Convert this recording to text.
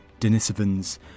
denisovans